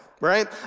right